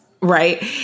Right